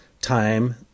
time